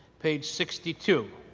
page sixty two,